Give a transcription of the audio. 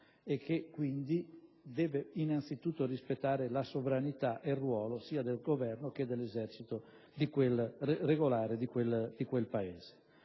e che, quindi, deve innanzitutto rispettare la sovranità ed il ruolo sia del Governo che dell'esercito regolare di quel Paese.